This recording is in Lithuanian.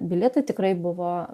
bilietą tikrai buvo